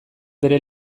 bere